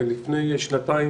כמו בכל שנה,